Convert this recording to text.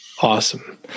Awesome